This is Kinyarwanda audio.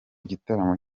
gitaramo